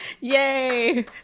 Yay